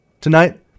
Tonight